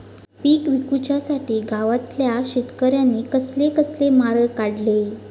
पीक विकुच्यासाठी गावातल्या शेतकऱ्यांनी कसले कसले मार्ग काढले?